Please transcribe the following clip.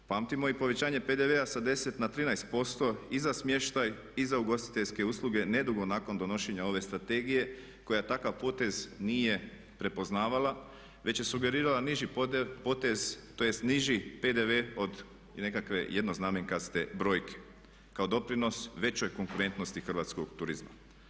Pamtimo i povećanje PDV-a sa 10 na 13% i za smještaj i za ugostiteljske usluge nedugo nakon donošenja ove strategije koja takav potez nije prepoznavala već je sugerirala nižim potez, tj. niži PDV od nekakve jednoznamenkaste brojke kao doprinos većoj konkurentnosti hrvatskog turizma.